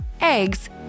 eggs